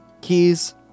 keys